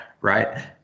Right